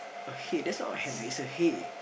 okay that's not a hen it's a hay